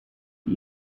die